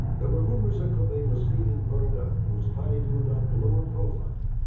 there were rumors that cobain was feeling burned out and was planning to adopt a lower profile.